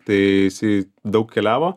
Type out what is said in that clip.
tai jisai daug keliavo